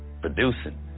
producing